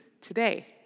today